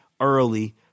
early